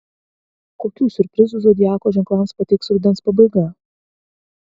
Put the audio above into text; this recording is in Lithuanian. kokių siurprizų zodiako ženklams pateiks rudens pabaiga